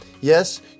Yes